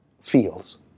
feels